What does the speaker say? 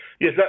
Yes